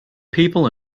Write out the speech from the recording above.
people